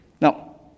Now